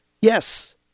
yes